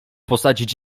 posadzić